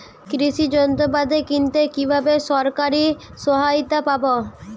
কৃষি যন্ত্রপাতি কিনতে কিভাবে সরকারী সহায়তা পাব?